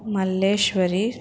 Malleswari